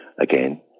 again